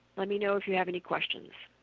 let me know if you have any questions.